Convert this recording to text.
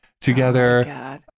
together